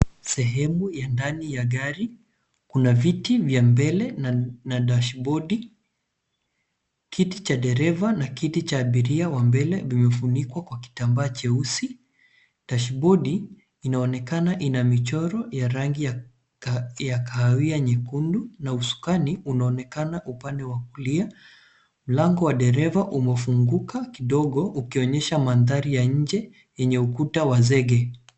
Sehemu ya ndani ya gari. Kuna viti vya mbele na dashibodi. Kiti cha dereva na kiti cha abiria wa mbele kimefunikwa kwa kitambaa cheusi. Dashibodi inaonekana ina michoro ya rangi ya kahawia nyekundu na usukani unaonekana upande wa kulia. Mlango wa dereva umefunguka kidogo ukionyesha mandhari ya nje yake yenye ukuta wa zege.